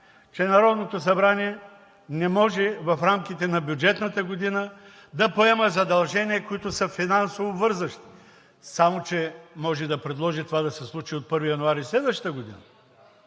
че Народното събрание не може в рамките на бюджетната година да поема задължения, които са финансово обвързващи! Само че може и да предложи това да се случи от 1 януари следващата година!